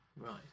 Right